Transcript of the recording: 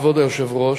כבוד היושב-ראש,